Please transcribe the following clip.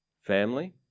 Family